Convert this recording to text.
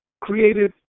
created